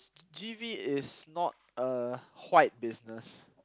G_V is not a white business